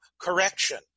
correction